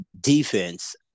defense